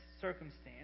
circumstance